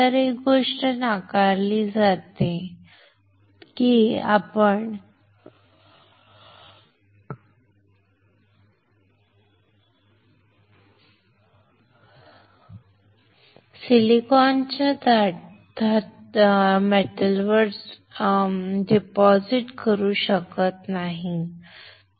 तर एक गोष्ट नाकारली जाते एक गोष्ट नाकारली जाते की आपण सिलिकॉनच्या उजवीकडे थेट धातू जमा करू शकत नाही